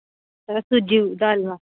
सूजी का हलवा